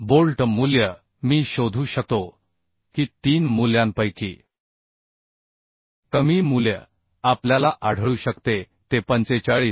bolt मूल्य मी शोधू शकतो की तीन मूल्यांपैकी कमी मूल्य आपल्याला आढळू शकते ते 45